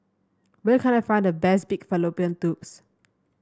where can I find the best Pig Fallopian Tubes